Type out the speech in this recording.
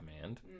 command